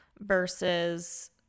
versus